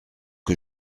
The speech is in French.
que